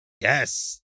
yes